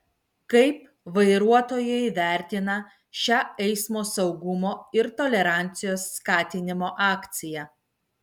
kaip vairuotojai vertina šią eismo saugumo ir tolerancijos skatinimo akciją